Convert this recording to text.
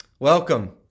Welcome